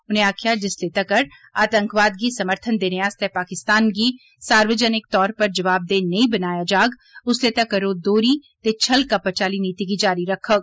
उनें आक्खेआ जे जिसलै तगर आतंकवाद गी समर्थन देने आस्तै पाकिस्तान गी सार्वजनिक तौर उप्पर जवाबदेह् नेई बनाया जाग उसलै तगर ओ दौह्री ते छल कपट आली नीति गी जारी रक्खोग